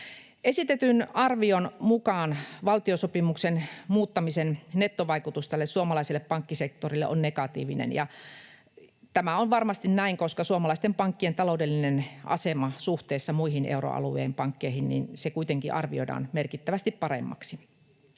Esitetyn arvion mukaan valtiosopimuksen muuttamisen nettovaikutus suomalaiselle pankkisektorille on negatiivinen. Tämä on varmasti näin, koska suomalaisten pankkien taloudellinen asema suhteessa muihin euroalueen pankkeihin kuitenkin arvioidaan merkittävästi paremmaksi.